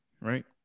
right